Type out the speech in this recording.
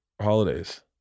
holidays